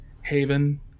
Haven